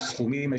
סכומים,